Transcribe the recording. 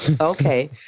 Okay